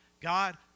God